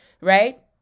Right